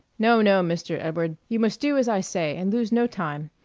no, no, mr. edward you must do as i say, and lose no time.